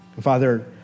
Father